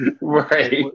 right